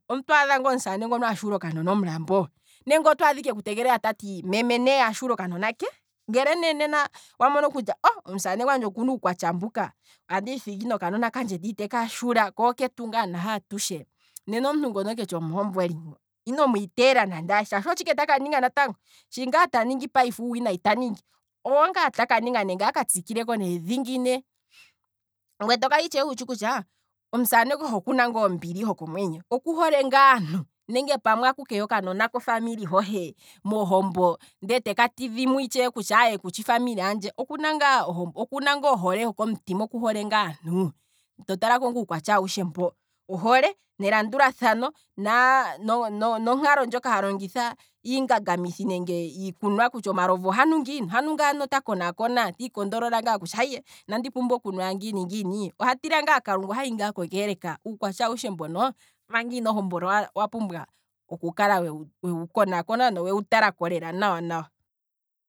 Otwaadha omusamane ngono ashula okanona omulambo, nenge otwadha ike eku tegelela tati meme neye ashule okanona ke? Ngele ne nena owa mono kutya omusamane gwandje okuna uukwatya mbuka, andimu thigi nokanona kandje ndele nena iteka shula ko oketu ngaa atushe nena omuntu ngono keshi omuhomboli ngo, ino mwiitela nande aye shaashi osho ike taka ninga natango, shaashi keshe ike uuwinayi ta ningi, owo ngaa taka ninga nenge aka tsikile ko ne dhingi ne, ngweye tokala itshewe wutshi kutya, omusamane gohe okuna ngaa ombili hoko mwenyo, nenge pamwe aku keya okanona kofamily hohe mohombo ndele teka tidha kutya aye kushi gofamily handje, okuna ngaa ohole hoko mutima oku hole ngaa aantu, to tala ko ngaa uukwatya awushe mbo, ohole nelandulathano, naa no- no- nonkalo ndjoka ha longitha iingangamithi nenge iikunwa kutya ohanu ngiini, ohanu ngaa ta konaakona, tii control ngaa kutya aye, inandi pumbwa okunwa ngiini ngini, oha tila ngaa kalunga, ohahi kongeleka, uukwatya awushe mbono manga ino hombolwa owa pumbwa oku kala wewu konaakona nowewu ta lako lela nawa nawa.